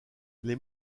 les